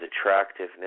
attractiveness